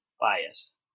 bias